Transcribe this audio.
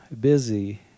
busy